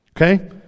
Okay